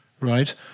right